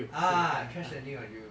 ah crash landing on you